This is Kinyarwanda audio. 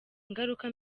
ingaruka